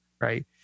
right